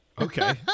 Okay